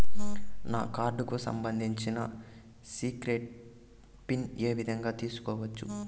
నా కార్డుకు సంబంధించిన సీక్రెట్ పిన్ ఏ విధంగా తీసుకోవచ్చు?